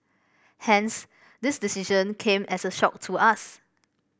hence this decision came as a shock to us